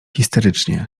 histerycznie